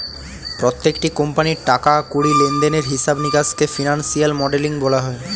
প্রত্যেকটি কোম্পানির টাকা কড়ি লেনদেনের হিসাব নিকাশকে ফিনান্সিয়াল মডেলিং বলা হয়